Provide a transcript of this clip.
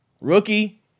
Rookie